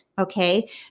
okay